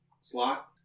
slot